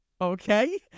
Okay